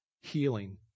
healing